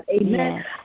Amen